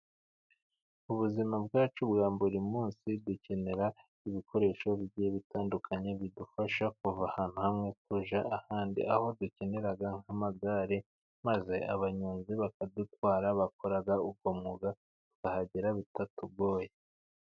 Ubuzima bwacu bwa buri munsi, dukenera ibikoresho bigiye bitandukanye bidufasha kuva ahantu hamwe tujya ahandi, aho dukenera nk'amagare, maze abanyonzi bakadutwara bakora uwo mwuga bahagera bitatugoye.